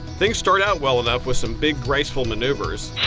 things start out well enough with some big graceful maneuvers.